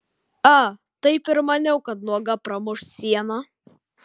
a taip ir maniau kad nuoga pramuš sieną